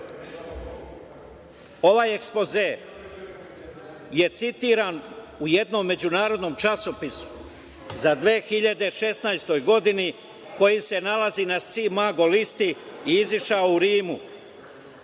ovaj ekspoze je citiran u jednom međunarodnom časopisu za 2016. godinu koji se nalazi na Scimago listi i izašao je u Rimu.